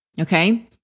Okay